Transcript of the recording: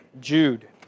Jude